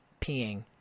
peeing